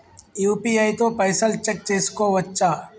UPI తో పైసల్ check చేసుకోవచ్చా?